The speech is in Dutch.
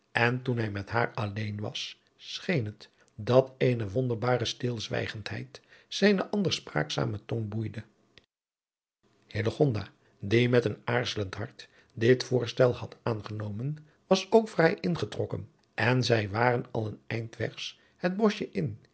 en toen hij met haar alleen was scheen het dat eene wonderbare stilzwijgendheid zijne anders spraakzame tong boeide hillegonda die met een aarzelend hart dit voorstel had aangenomen was ook vrij ingetrokken en zij waren al een eindwegs h e